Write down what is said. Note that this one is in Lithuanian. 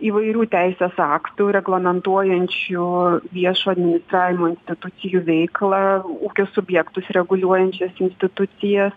įvairių teisės aktų reglamentuojančių šio viešo administravimo institucijų veiklą ūkio subjektus reguliuojančias institucijas